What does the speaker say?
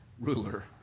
ruler